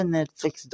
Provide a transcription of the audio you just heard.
Netflix